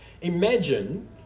Imagine